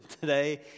today